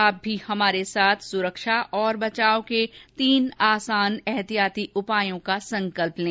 आप भी हमारे साथ सुरक्षा और बचाव के तीन आसान एहतियाती उपायों का संकल्प लें